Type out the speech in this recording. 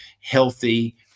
healthy